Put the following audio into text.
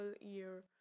year